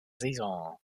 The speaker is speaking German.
saison